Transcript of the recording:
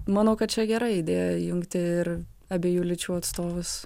manau kad čia gera idėja jungti ir abiejų lyčių atstovus